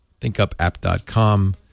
thinkupapp.com